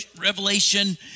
Revelation